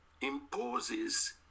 imposes